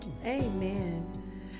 amen